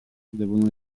devono